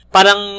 parang